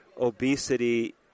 obesity